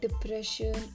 depression